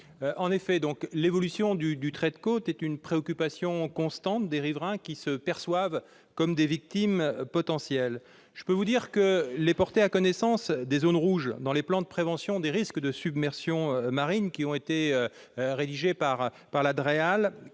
L'évolution du trait de côte est une préoccupation constante des riverains, qui se perçoivent comme des victimes potentielles. Je puis vous assurer que les porter à connaissance des zones rouges définies dans les plans de prévention des risques de submersion marine par les DREAL